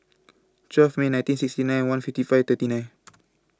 twelve May nineteen sixty nine one fifty five thirty nine